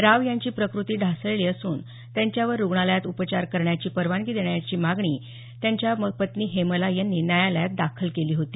राव यांची प्रकृती ढासळली असून त्यांच्यावर रुग्णालयात उपचार करण्याची परवानगी देण्याची मागणी करणारी याचिका त्यांच्या पत्नी हेमला यांनी न्यायालयात दाखल केली होती